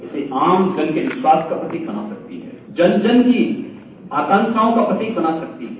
इसे आमजन के विश्वास का प्रतीक बना सकती है जन जन की आकांक्षाओं का प्रतीक बना सकती है